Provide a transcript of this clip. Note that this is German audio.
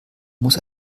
muss